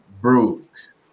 Brooks